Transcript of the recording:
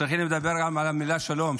וצריכים לדבר גם על המילה "שלום",